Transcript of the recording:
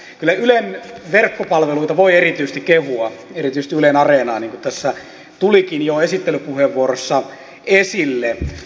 kyllä ylen verkkopalveluita voi erityisesti kehua erityisesti yle areenaa niin kuin tässä tulikin jo esittelypuheenvuorossa esille